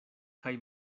kaj